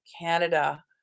Canada